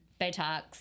Botox